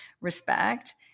respect